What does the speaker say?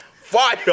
Fire